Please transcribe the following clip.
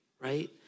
right